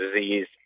disease